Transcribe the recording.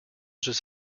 just